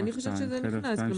אני חושבת שזה נכנס.